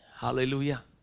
Hallelujah